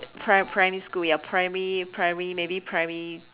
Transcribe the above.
pri~ primary school ya primary primary maybe primary